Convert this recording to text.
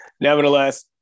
nevertheless